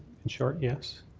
in short, yes.